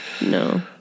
No